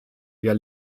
der